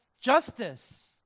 justice